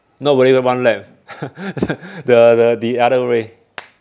not really one lap the the the other way